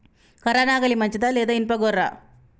కర్ర నాగలి మంచిదా లేదా? ఇనుప గొర్ర?